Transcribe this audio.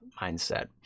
mindset